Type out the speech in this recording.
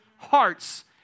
Hearts